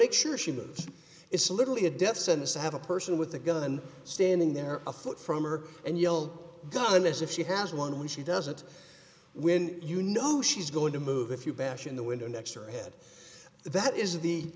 make sure she moves it's literally a death sentence to have a person with a gun standing there a foot from her and yelled gun as if she has one when she doesn't when you know she's going to move if you bash in the window next to her head that is